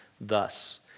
thus